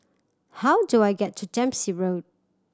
how do I get to Dempsey Road